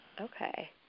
Okay